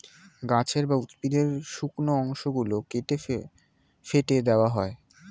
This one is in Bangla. গাছের বা উদ্ভিদের শুকনো অংশ গুলো কেটে ফেটে দেওয়া হয়